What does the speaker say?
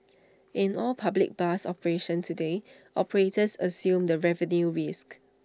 in all public bus operations today operators assume the revenue risk